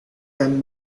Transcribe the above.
dan